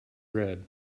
bread